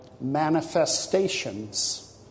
manifestations